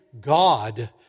God